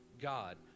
God